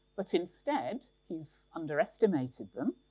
but instead, he's underestimated them.